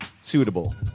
suitable